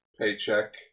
paycheck